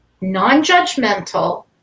non-judgmental